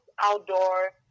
outdoor